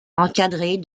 encadrée